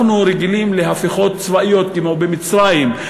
אנחנו רגילים להפיכות צבאיות כמו במצרים,